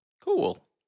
Cool